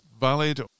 valid